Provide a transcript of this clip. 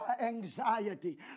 anxiety